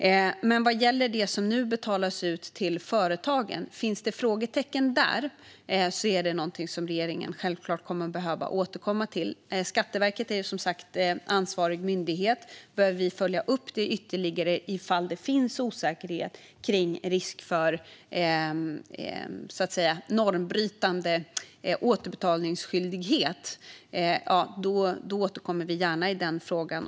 Om det finns frågetecken om det som nu betalas ut till företagen kommer regeringen självklart att behöva återkomma till det. Skatteverket är som sagt ansvarig myndighet. Om vi behöver följa upp det ytterligare, ifall det finns osäkerhet och risk för normbrytande återbetalningsskyldighet, återkommer vi gärna i frågan.